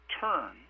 turn